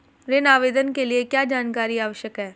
ऋण आवेदन के लिए क्या जानकारी आवश्यक है?